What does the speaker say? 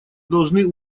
должны